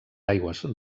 aigües